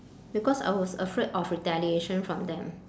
because I was afraid of retaliation from them